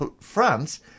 France